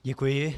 Děkuji.